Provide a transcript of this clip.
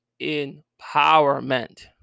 empowerment